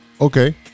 Okay